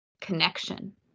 connection